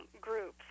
groups